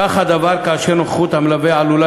כך הדבר כאשר נוכחות המלווה עלולה